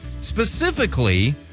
Specifically